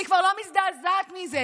אני כבר לא מזדעזעת מזה.